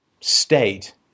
state